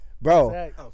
Bro